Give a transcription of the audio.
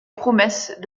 promesse